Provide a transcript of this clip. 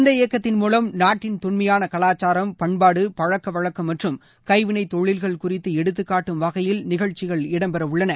இந்த இயக்கத்தின் மூலம் நாட்டின் தொன்மையான கலாச்சாரம் பண்பாடு பழக்க வழக்கம் மற்றும் கைவினைத் தொழில்கள் குறித்து எடுத்துக்காட்டும் வகையில் நிகழ்ச்சிகள் இடம்பெற உள்ளன